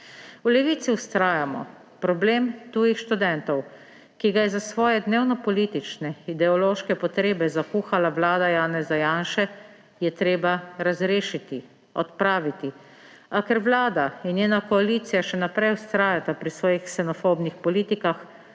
V Levici vztrajamo, problem tujih študentov, ki ga je za svoje dnevnopolitične ideološke potrebe zakuhala vlada Janeza Janše, je treba razrešiti, odpraviti. A ker vlada in njena koalicija še naprej vztrajata pri svojih ksenofobnih politikah,